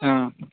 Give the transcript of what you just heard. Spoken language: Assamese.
অ